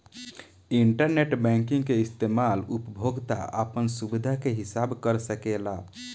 internet banking के इस्तमाल उपभोक्ता आपन सुबिधा के हिसाब कर सकेला